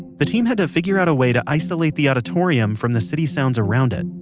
the team had to figure out a way to isolate the auditorium from the city sounds around it.